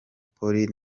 polly